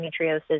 endometriosis